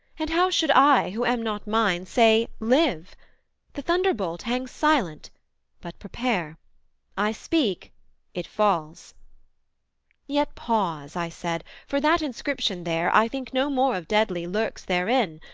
and how should i, who am not mine, say, live the thunderbolt hangs silent but prepare i speak it falls yet pause i said for that inscription there, i think no more of deadly lurks therein,